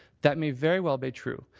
that may very well be true.